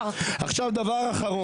די.